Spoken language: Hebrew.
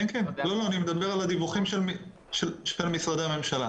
אני מדבר ספציפית בנושא הרשויות המקומיות.